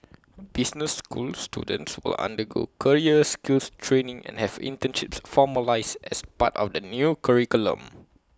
business school students will undergo career skills training and have internships formalised as part of the new curriculum